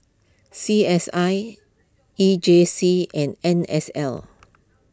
C S I E J C and N S L